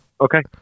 Okay